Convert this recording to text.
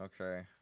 Okay